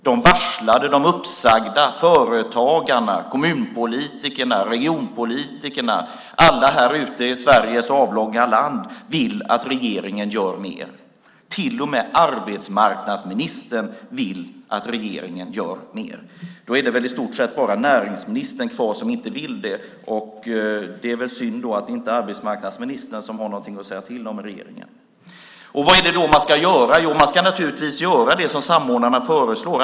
De varslade, de uppsagda, företagarna, kommunpolitikerna, regionpolitikerna, alla här ute i Sveriges avlånga land vill att regeringen gör mer, till och med arbetsmarknadsministern vill att regeringen gör mer. Då är det väl i stort sett bara näringsministern kvar som inte vill det. Det är väl synd då att inte arbetsmarknadsministern har någonting att säga till om i regeringen. Vad är det man ska göra? Man ska naturligtvis göra det som samordnarna föreslår.